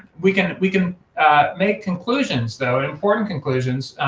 we can we can make conclusions though important conclusions,